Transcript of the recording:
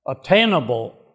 attainable